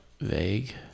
vague